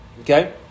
okay